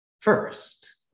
first